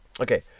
Okay